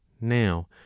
now